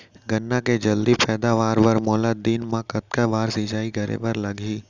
गन्ना के जलदी पैदावार बर, मोला दिन मा कतका बार सिंचाई करे बर लागही?